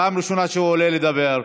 פעם ראשונה שהוא עולה לדבר.